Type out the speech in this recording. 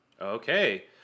okay